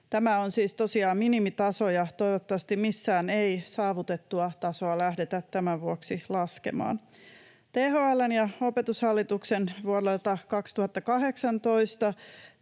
Tämä on siis tosiaan minimitaso, ja toivottavasti missään ei saavutettua tasoa lähdetä tämän vuoksi laskemaan. THL:n ja Opetushallituksen vuonna 2018